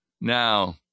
Now